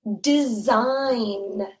design